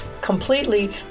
completely